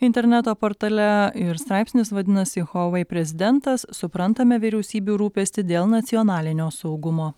interneto portale ir straipsnis vadinasi huawei prezidentas suprantame vyriausybių rūpestį dėl nacionalinio saugumo